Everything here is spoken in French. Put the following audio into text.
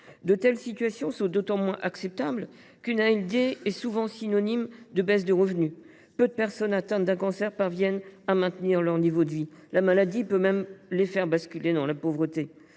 De telles situations sont d’autant moins acceptables qu’une ALD est souvent synonyme de baisse des revenus. Peu de personnes atteintes d’un cancer parviennent à maintenir leur niveau de vie ; la maladie peut même les faire basculer dans la pauvreté.